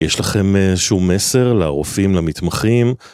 יש לכם איזשהו מסר, לרופאים, למתמחים?